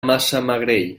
massamagrell